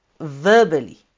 verbally